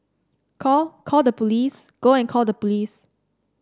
call call the police go and call the police